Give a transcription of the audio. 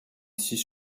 assis